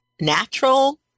natural